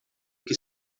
que